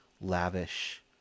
lavish